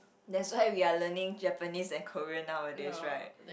that's why we're learning Japanese and Korean nowadays right